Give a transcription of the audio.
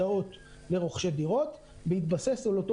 למשכנתאות לרוכשי דירות בהתבסס על אותו